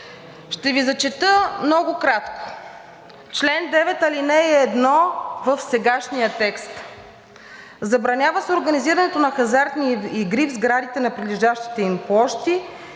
Ще Ви зачета много кратко: „Чл. 9, ал. 1 в сегашния текст: „Забранява се организирането на хазартни игри в сградите на прилежащите им площи,